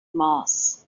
mass